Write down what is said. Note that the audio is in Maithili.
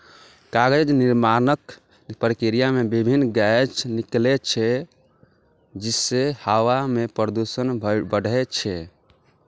कागज निर्माणक प्रक्रिया मे विभिन्न गैस निकलै छै, जइसे हवा मे प्रदूषण बढ़ै छै